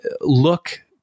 look